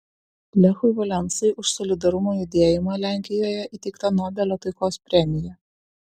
lechui valensai už solidarumo judėjimą lenkijoje įteikta nobelio taikos premija